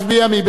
מי נמנע?